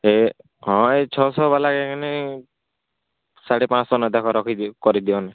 ସେ ହଁ ଏଇ ଛଅଶହ ବାଲା ସାଢ଼େ ପାଞ୍ଚଶହ ନେ ଦେଖ ରଖିଦିଅ କରିଦିଅନ୍